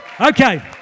Okay